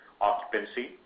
occupancy